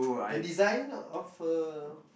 the design of a